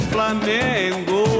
Flamengo